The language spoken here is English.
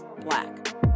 Black